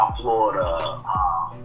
Florida